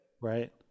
Right